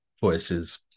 voices